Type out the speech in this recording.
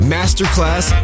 Masterclass